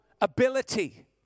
ability